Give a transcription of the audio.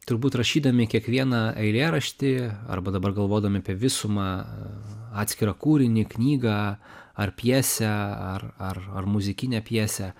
turbūt rašydami kiekvieną eilėraštį arba dabar galvodami apie visumą atskirą kūrinį knygą ar pjesę ar ar ar muzikinę pjesę